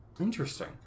Interesting